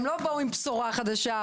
הם לא באו עם בשורה חדשה,